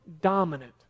dominant